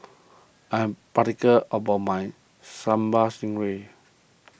I am particular about my Sambal Stingray